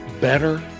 better